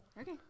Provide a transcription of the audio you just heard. okay